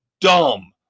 Dumb